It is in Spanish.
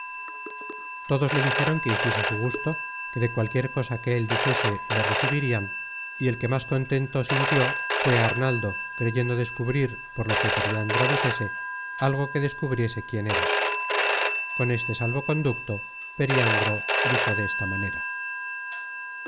todos le dijeron que hiciese su gusto que de cualquier cosa que él dijese le recibirian y el que más contento sintió fué arnaldo creyendo descubrir por lo que periandro dijese algo que descubriese quién era con este salvo-conducto periandro dijo desta manera